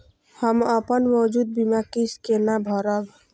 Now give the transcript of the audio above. हम अपन मौजूद बीमा किस्त केना भरब?